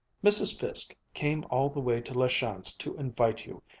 mrs. fiske came all the way to la chance to invite you,